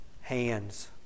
hands